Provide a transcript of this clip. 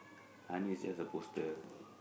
aren't it just a poster